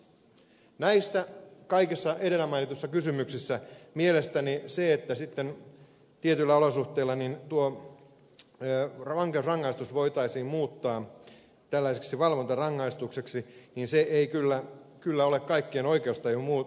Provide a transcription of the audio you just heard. näissä kaikissa edellä mainituissa kysymyksissä mielestäni se että tietyillä olosuhteilla tuo vankeusrangaistus voitaisiin muuttaa tällaiseksi valvontarangaistukseksi ei kyllä ole kaikkien oikeustajun mukaista